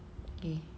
K